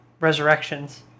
Resurrections